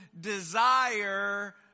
desire